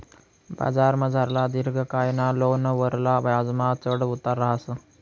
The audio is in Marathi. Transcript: बजारमझारला दिर्घकायना लोनवरला याजमा चढ उतार रहास